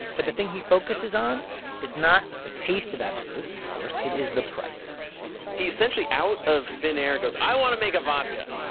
but the thing he focuses on is not the taste of absolut, of course. it is the price he essentially, out of thin air, goes, i want to make a vodka.